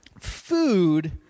food